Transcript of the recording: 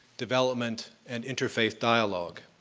development, and interfaith dialogue.